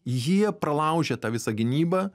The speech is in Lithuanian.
jie pralaužė tą visą gynybą